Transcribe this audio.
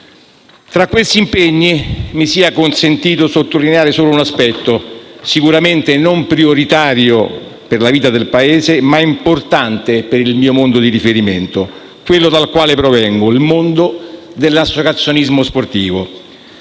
Tra questi impegni mi sia consentito sottolineare solo un aspetto, sicuramente non prioritario per la vita del Paese, ma importante per il mio mondo di riferimento, da cui provengo, che è quello dell'associazionismo sportivo.